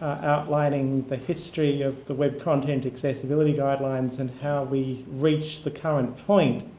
outlining the history of the web content accessibility guidelines and how we reached the current point.